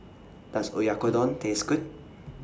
Does Oyakodon Taste Good